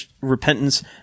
Repentance